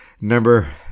Number